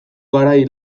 garai